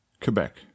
Quebec